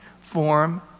form